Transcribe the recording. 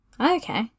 Okay